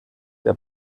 der